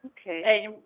okay